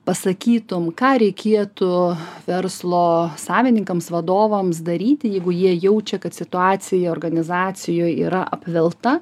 pasakytum ką reikėtų verslo savininkams vadovams daryti jeigu jie jaučia kad situacija organizacijoj yra apvilta